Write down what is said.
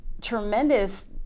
tremendous